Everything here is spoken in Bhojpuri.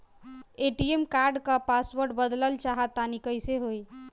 ए.टी.एम कार्ड क पासवर्ड बदलल चाहा तानि कइसे होई?